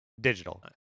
Digital